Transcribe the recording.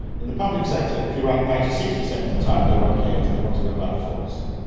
in the public sector if you're right ninety six percent of the time no one cares, they want to know about the four percent.